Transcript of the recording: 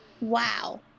Wow